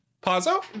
Pazzo